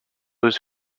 was